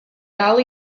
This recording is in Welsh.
dal